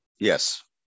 Yes